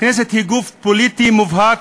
הכנסת היא גוף פוליטי מובהק,